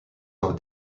are